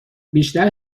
بیشتر